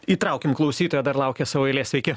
įtraukim klausytoją dar laukia savo eilės sveiki